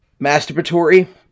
masturbatory